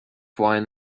wine